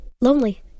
Lonely